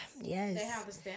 Yes